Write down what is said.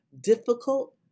difficult